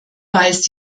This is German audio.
weißt